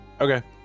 Okay